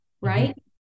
right